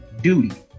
duty